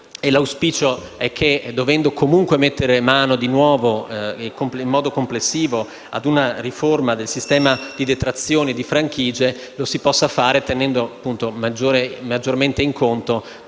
L'auspicio è che, dovendo comunque mettere mano di nuovo, in modo complessivo, a una riforma del sistema di detrazione e di franchigie lo si possa fare tenendo maggiormente in conto